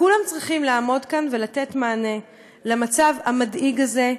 כולם צריכים לעמוד כאן ולתת מענה למצב המדאיג הזה,